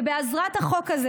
ובעזרת החוק הזה,